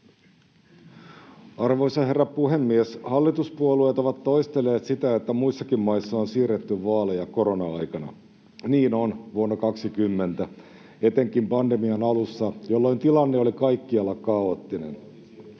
Arvoisa herra puhemies! Hallituspuolueet ovat toistelleet sitä, että muissakin maissa on siirretty vaaleja korona-aikana. Niin on, vuonna 20, etenkin pandemian alussa, jolloin tilanne oli kaikkialla kaoottinen.